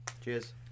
Cheers